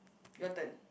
your turn